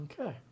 okay